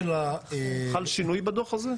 חל שינוי בדו"ח הזה?